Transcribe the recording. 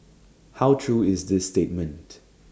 how true is this statement